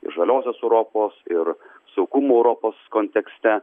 ir žaliosios europos ir saugumo europos kontekste